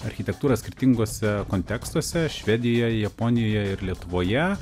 architektūrą skirtinguose kontekstuose švedijoje japonijoje ir lietuvoje